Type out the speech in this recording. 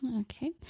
Okay